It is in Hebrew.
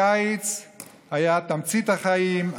הקיץ היה תמצית החיים.